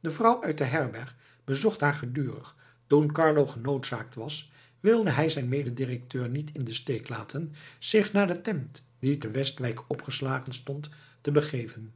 de vrouw uit de herberg bezocht haar gedurig toen carlo genoodzaakt was wilde hij zijn mede directeur niet in den steek laten zich naar de tent die te westwijk opgeslagen stond te begeven